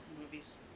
movies